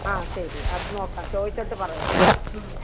ആ ശരി അത് നോക്കാം ചോദിച്ചിട്ട് പറയാം